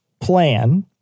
plan